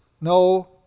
no